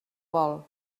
vol